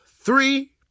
three